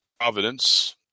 providence